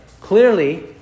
clearly